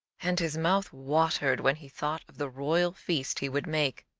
and his mouth watered when he thought of the royal feast he would make,